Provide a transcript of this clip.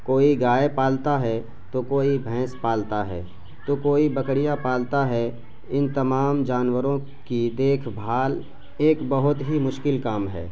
کوئی گائے پالتا ہے تو کوئی بھینس پالتا ہے تو کوئی بکریا پالتا ہے ان تمام جانوروں کی دیکھ بھال ایک بہت ہی مشکل کام ہے